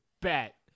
bet